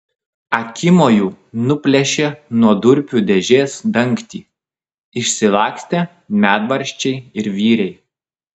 akimoju nuplėšė nuo durpių dėžės dangtį išsilakstė medvaržčiai ir vyriai